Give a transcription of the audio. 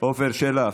עופר שלח,